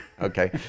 Okay